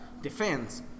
defense